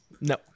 No